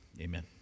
amen